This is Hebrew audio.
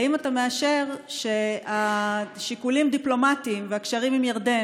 האם אתה מאשר ששיקולים דיפלומטיים והקשרים עם ירדן,